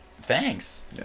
thanks